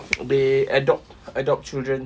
they adopt adopt children